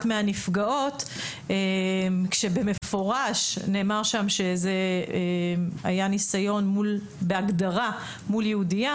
מהנפגעות כאשר במפורש נאמר שם שזה היה ניסיון בהגדרה מול יהודייה